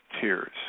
tears